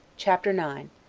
chapter nine.